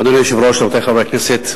אדוני היושב-ראש, רבותי חברי הכנסת,